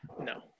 no